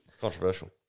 Controversial